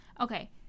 Okay